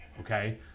okay